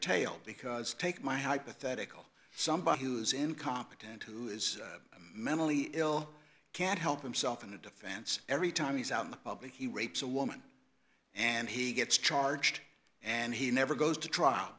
tail because take my hypothetical somebody who is incompetent who is mentally ill can't help himself and the defense every time he's out in the public he rapes a woman and he gets charged and he never goes to trial